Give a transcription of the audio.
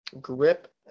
grip